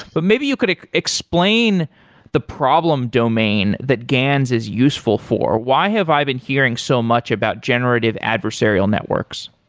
but maybe you could explain the problem domain that gans is useful for. why have i been hearing so much about generative adversarial networks?